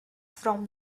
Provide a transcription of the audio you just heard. from